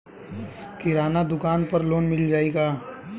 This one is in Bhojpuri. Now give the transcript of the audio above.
किराना दुकान पर लोन मिल जाई का?